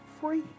free